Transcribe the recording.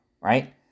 right